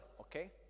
okay